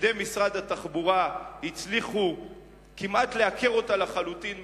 שפקידי משרד התחבורה הצליחו כמעט לעקר אותה לחלוטין מתוכן,